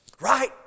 Right